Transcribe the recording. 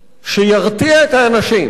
שירתיע את האנשים,